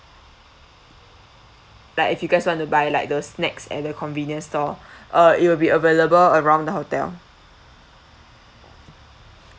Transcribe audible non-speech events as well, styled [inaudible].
like if you guys want to buy like those snacks at the convenience store [breath] uh it will be available around the hotel